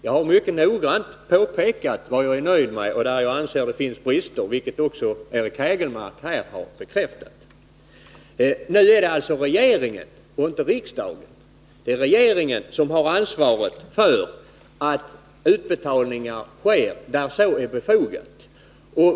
Jag har mycket noga framhållit vad jag är nöjd med och pekat på vad jag anser brister. Och härvidlag har Eric Hägelmark också bekräftat vad jag sagt. Det är alltså regeringen och inte riksdagen som har ansvaret för att utbetalningar sker där så är befogat.